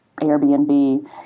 Airbnb